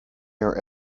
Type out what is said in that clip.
near